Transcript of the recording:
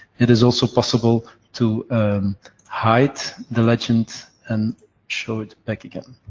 it is also possible to hide the legend and show it back again.